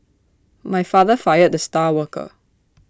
my father fired the star worker